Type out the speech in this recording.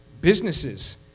Businesses